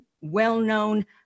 well-known